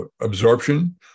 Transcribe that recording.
absorption